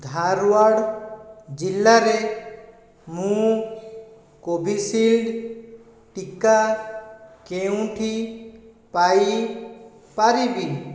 ଧାର୍ୱାଡ଼୍ ଜିଲ୍ଲାରେ ମୁଁ କୋଭିଶିଲ୍ଡ୍ ଟିକା କେଉଁଠି ପାଇ ପାରିବି